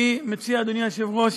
אני מציע, אדוני היושב-ראש,